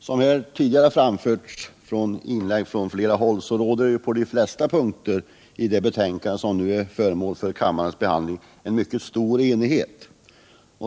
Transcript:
Herr talman! Som här har framförts i tidigare inlägg från flera håll så råder det på de flesta punkterna i det betänkande som nu är föremål för kammarens behandling en mycket stor enighet.